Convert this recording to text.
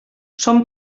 són